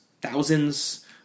thousands